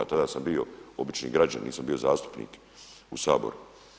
Tada sam bio obični građanin, nisam bio zastupnik u Saboru.